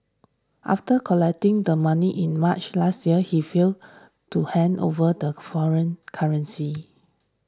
after collecting the money in March last year he failed to hand over the foreign currency